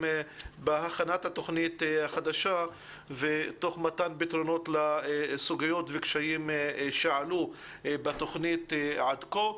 בהכנת התוכנית החדשה תוך מתן פתרונות לסוגיות ולקשיים שעלו בתוכנית עד כה.